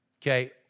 Okay